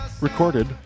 recorded